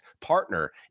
partner